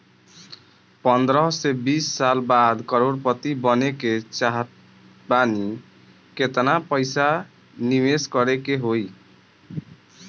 पंद्रह से बीस साल बाद करोड़ पति बने के चाहता बानी केतना पइसा निवेस करे के होई?